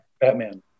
Batman